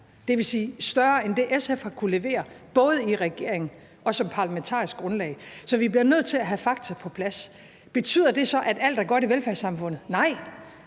15 år, dvs. større end det, SF har kunnet levere både i regering og som parlamentarisk grundlag. Så vi bliver nødt til at have fakta på plads. Betyder det så, at alt er godt i velfærdssamfundet? Nej.